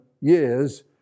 years